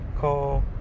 call